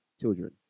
children